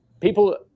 people